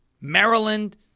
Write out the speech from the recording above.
Maryland